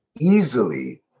easily